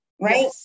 right